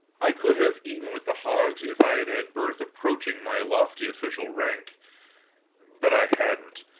i could have eaten with the hogs if i had had birth approaching my lofty official rank but i hadn't,